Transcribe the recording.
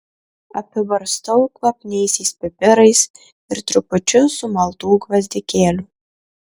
apibarstau kvapniaisiais pipirais ir trupučiu sumaltų gvazdikėlių